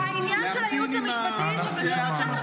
אין לך מה לפנות אליי.